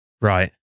Right